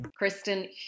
Kristen